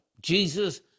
Jesus